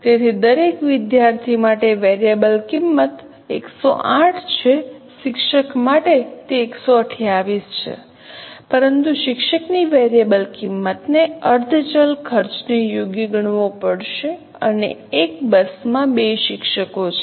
તેથી દરેક વિદ્યાર્થી માટે વેરીએબલ કિંમત 108 છે શિક્ષક માટે તે 128 છે પરંતુ શિક્ષકની વેરિયેબલ કિંમતને અર્ધ ચલ ખર્ચને યોગ્ય ગણવો પડશે અને એક બસમાં બે શિક્ષકો છે